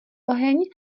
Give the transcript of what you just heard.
oheň